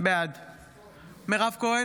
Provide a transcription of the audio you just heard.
בעד מתן כהנא,